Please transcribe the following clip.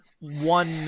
one